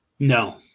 No